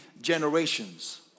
generations